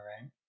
right